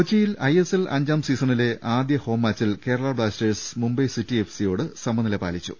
കൊച്ചിയിൽ ഐഎസ്എൽ അഞ്ചാം സീസണിലെ ആദ്യ ഹോം മാച്ചിൽ കേരളാ ബ്ലാസ്റ്റേഴ്സ് മുംബൈ സിറ്റി എഫ്സിയോട് സമ നില പാലിച്ചു